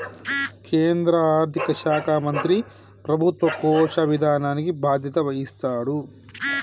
కేంద్ర ఆర్థిక శాఖ మంత్రి ప్రభుత్వ కోశ విధానానికి బాధ్యత వహిస్తాడు